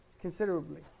considerably